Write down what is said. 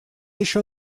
ещё